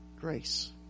Grace